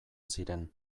ziren